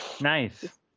Nice